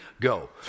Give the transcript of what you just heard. Go